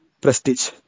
prestige